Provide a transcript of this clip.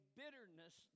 bitterness